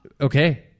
Okay